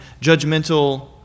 judgmental